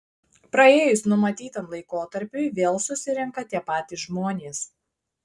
praėjus numatytam laikotarpiui vėl susirenka tie patys žmonės